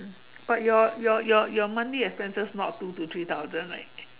but your your your your monthly expenses not two to three thousand right